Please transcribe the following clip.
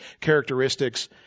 characteristics